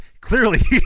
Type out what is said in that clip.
clearly